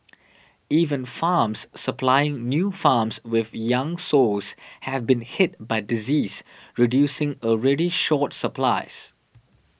even farms supplying new farms with young sows have been hit by disease reducing already short supplies